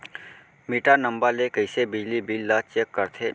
Metre number ले कइसे बिजली बिल ल चेक करथे?